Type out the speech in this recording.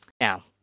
Now